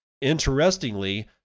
Interestingly